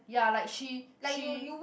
ya like she she